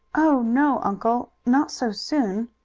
oh, no, uncle, not so soon!